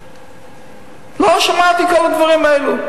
לא שמעתי כל הדברים האלו.